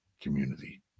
community